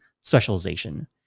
specialization